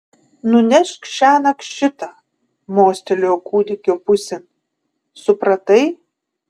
nunešk šiąnakt šitą mostelėjo kūdikio pusėn supratai